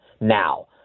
now